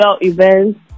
events